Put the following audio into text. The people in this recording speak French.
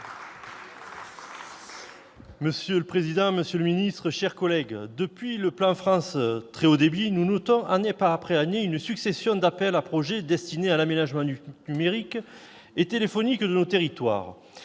Monsieur le président, monsieur le secrétaire d'État, mes chers collègues, depuis le plan France très haut débit, nous notons année après année une succession d'appels à projets destinés à l'aménagement numérique et téléphonique de nos territoires.